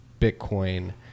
Bitcoin